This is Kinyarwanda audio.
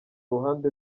ruhande